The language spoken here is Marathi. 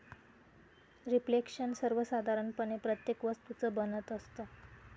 रिफ्लेक्शन सर्वसाधारणपणे प्रत्येक वस्तूचं बनत असतं